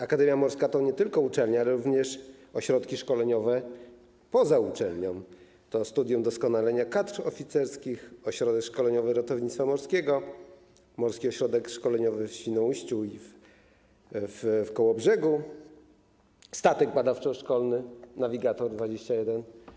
Akademia Morska to nie tylko uczelnia, ale również ośrodki szkoleniowe poza uczelnią, to Studium Doskonalenia Kadr Oficerskich, Ośrodek Szkoleniowy Ratownictwa Morskiego, Morskie Ośrodki Szkoleniowe w Świnoujściu i w Kołobrzegu, statek badawczo-szkolny Nawigator XXI.